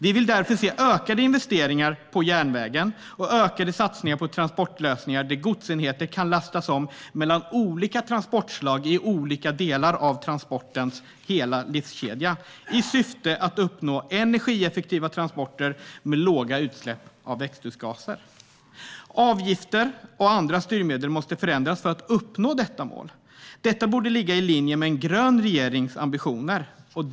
Vi vill därför se ökade investeringar på järnvägen och ökade satsningar på transportlösningar där godsenheter kan lastas om mellan olika transportslag i olika delar av transportens hela livskedja, i syfte att uppnå energieffektiva transporter med låga utsläpp av växthusgaser. Avgifter och andra styrmedel måste förändras för att man ska kunna uppnå detta mål. Detta borde ligga i linje med en grön regerings ambitioner.